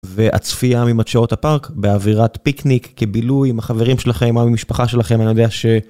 והצפייה ממדשאות הפארק, באווירת פיקניק, כבילוי עם החברים שלכם, עם המשפחה שלכם, אני יודע ש...